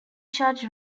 charge